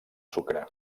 sucre